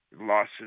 losses